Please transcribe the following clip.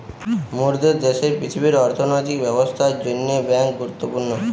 মোরদের দ্যাশের পৃথিবীর অর্থনৈতিক ব্যবস্থার জন্যে বেঙ্ক গুরুত্বপূর্ণ